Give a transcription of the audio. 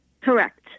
Correct